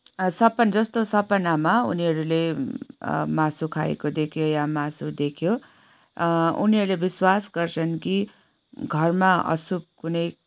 सपना जस्तो सपनामा उनीहरूले मासु खाएको देख्यो या मासु देख्यो उनीहरूले विश्वास गर्छन् कि घरमा अशुभ कुनै